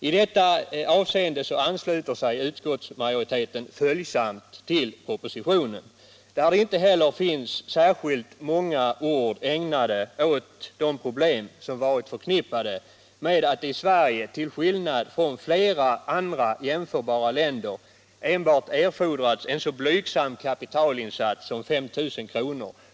I detta avseende ansluter sig utskottsmajoriteten följsamt till propositionen, där det inte heller finns särskilt många ord ägnade åt de problem som varit förknippade med att det i Sverige till skillnad från flera andra jämförbara länder enbart erfordrats en så blygsam kapitalinsatts som 5 000 kr.